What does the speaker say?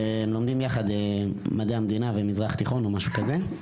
והם לומדים יחד מדעי המדינה ומזרח תיכון או משהו כזה.